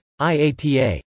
IATA